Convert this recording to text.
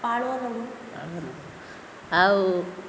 ପାଳୁଅ ଲଡ଼ୁ ଆଉ